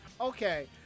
Okay